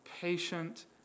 patient